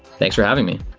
thanks for having me.